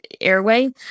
airway